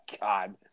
God